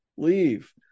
leave